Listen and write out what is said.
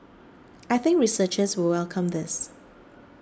I think researchers will welcome this